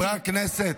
חברי הכנסת,